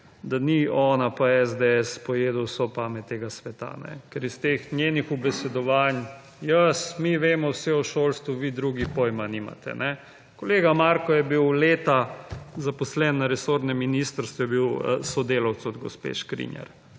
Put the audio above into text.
da nista ona pa SDS pojedla vse pameti tega sveta. Ker iz teh njenih ubesedovanj, »jaz… mi vemo vse o šolstvu, vi drugi pojma nimate… » Kolega Marko je bil leta zaposlen na resornem ministrstvu, je bil sodelavec gospe Škrinjar.